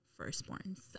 firstborns